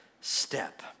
step